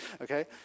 okay